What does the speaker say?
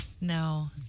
No